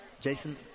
Jason